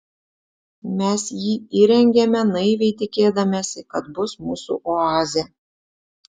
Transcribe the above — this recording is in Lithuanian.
mes jį įrengėme naiviai tikėdamiesi kad bus mūsų oazė